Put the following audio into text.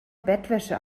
bettwäsche